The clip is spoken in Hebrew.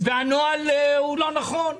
ושהנוהל הוא לא נכון.